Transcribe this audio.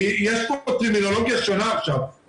יש פה טרמינולוגיה שונה עכשיו,